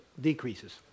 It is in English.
decreases